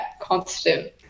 constant